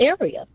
area